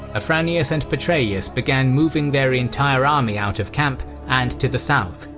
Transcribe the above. afranius and petreius began moving their entire army out of camp and to the south,